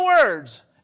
words